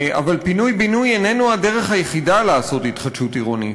אבל פינוי-בינוי אינו הדרך היחידה לעשות התחדשות עירונית,